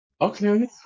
Okay